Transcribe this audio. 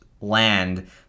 land